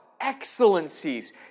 excellencies